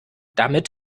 damit